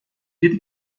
yedi